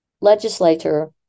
legislator